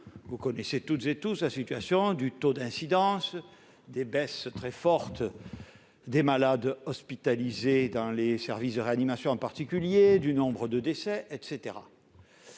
Vous connaissez toutes et tous la situation du taux d'incidence, les baisses très fortes du nombre de malades hospitalisés, dans les services de réanimation en particulier, le nombre de décès, etc.